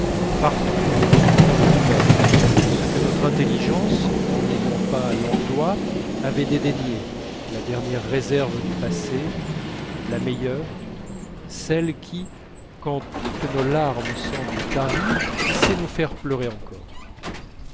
partout où nous retrouvons de nous-même ce que notre intelligence n'en ayant pas l'emploi avait dédaigné la dernière réserve du passé la meilleure celle qui quand toutes nos larmes semblent taries sait nous faire pleurer encore